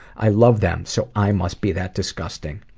i love them, so i must be that disgusting.